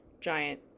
giant